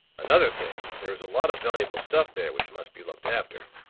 another thing, there is a lot of valuable stuff there which must be looked after.